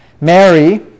Mary